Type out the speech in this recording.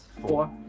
four